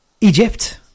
Egypt